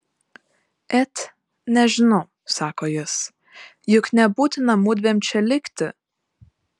et nežinau sako jis juk nebūtina mudviem čia likti